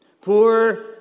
Poor